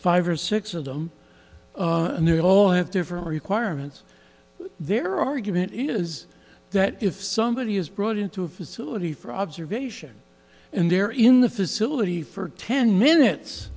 five or six of them and they all have different requirements their argument is that if somebody is brought into a facility for observation and they're in the facility for ten minutes